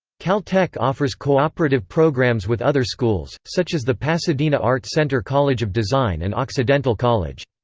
caltech offers co-operative programs with other schools, such as the pasadena art center college of design and occidental college.